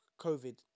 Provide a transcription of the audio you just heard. COVID